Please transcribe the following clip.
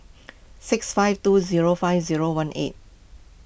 six five two zero five zero one eight